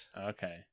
Okay